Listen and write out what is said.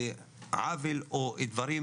עוול או דברים